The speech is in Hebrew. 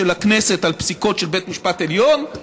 של הכנסת על פסיקות של בית המשפט העליון.